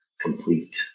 complete